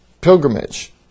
pilgrimage